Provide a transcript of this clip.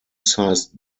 sized